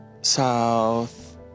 South